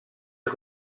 est